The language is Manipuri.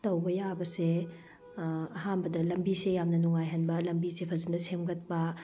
ꯇꯧꯕ ꯌꯥꯕꯁꯦ ꯑꯍꯥꯟꯕꯗ ꯂꯝꯕꯤꯁꯦ ꯌꯥꯝꯅ ꯅꯨꯡꯉꯥꯏꯍꯟꯕ ꯂꯝꯕꯤꯁꯦ ꯐꯖꯅ ꯁꯦꯝꯒꯠꯄ